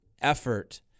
effort